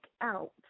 out